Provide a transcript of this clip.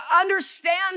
understand